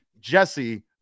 jesse